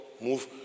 move